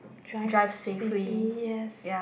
drive safely yes